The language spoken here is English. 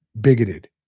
bigoted